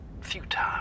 Futile